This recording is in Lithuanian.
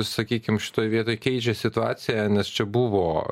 sakykim šitoj vietoj keičia situaciją nes čia buvo